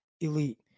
Elite